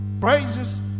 Praises